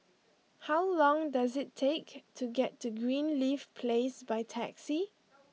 how long does it take to get to Greenleaf Place by taxi